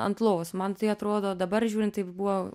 ant lovos man tai atrodo dabar žiūrint tai buvo